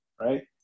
Right